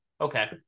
Okay